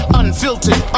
unfiltered